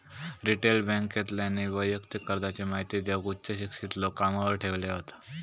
retail बॅन्केतल्यानी वैयक्तिक कर्जाची महिती देऊक उच्च शिक्षित लोक कामावर ठेवले हत